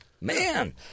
Man